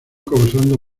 causando